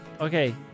okay